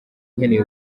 nkeneye